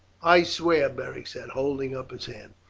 i swear, beric said, holding up his hand.